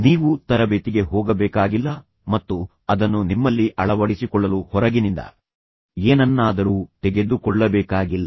ನೀವು ತರಬೇತಿಗೆ ಹೋಗಬೇಕಾಗಿಲ್ಲ ಮತ್ತು ಅದನ್ನು ನಿಮ್ಮಲ್ಲಿ ಅಳವಡಿಸಿಕೊಳ್ಳಲು ಹೊರಗಿನಿಂದ ಏನನ್ನಾದರೂ ತೆಗೆದುಕೊಳ್ಳಬೇಕಾಗಿಲ್ಲ